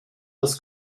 das